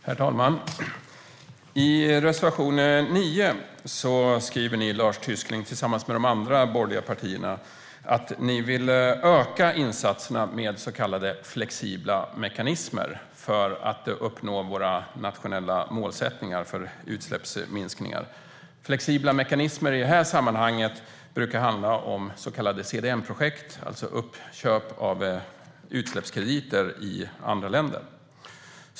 Herr talman! I reservation 9 skriver ni, Lars Tysklind, tillsammans med de andra borgerliga partierna att ni vill öka insatserna med så kallade flexibla mekanismer för att uppnå våra nationella målsättningar för utsläppsminskningar. Flexibla mekanismer i det här sammanhanget brukar handla om så kallade CDM-projekt, alltså uppköp av utsläppskrediter i andra länder.